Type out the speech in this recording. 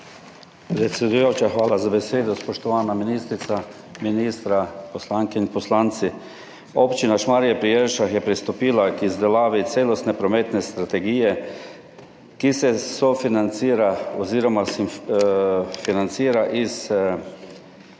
hvala za besedo. Spoštovana ministrica, ministra, poslanke in poslanci! Občina Šmarje pri Jelšah je pristopila k izdelavi celostne prometne strategije, ki se financira iz Ministrstva za